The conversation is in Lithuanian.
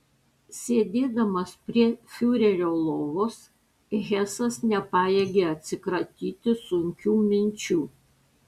sėdėdamas prie fiurerio lovos hesas nepajėgė atsikratyti sunkių minčių